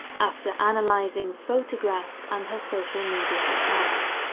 after analysing photographs and her social media accounts.